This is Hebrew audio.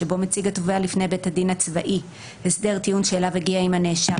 שבו מציג התובע לפני בית הדין הצבאי הסדר טיעון שאליו הגיע עם הנאשם,